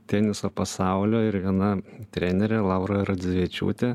teniso pasaulio ir viena trenerė laura radzevičiūtė